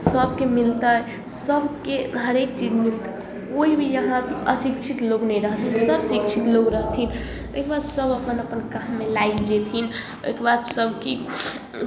सबके मिलतै सबके हरेक चीज मिलतै कोइ भी यहाँ अशिक्षित लोग नहि रहतै सब शिक्षित लोग रहथिन एहिके बाद सब अपन अपन काममे लागि जेथिन ओहिके बाद सब की